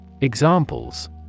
Examples